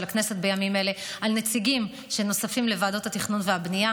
הכנסת בימים אלה על נציגים שנוספים לוועדות התכנון והבנייה,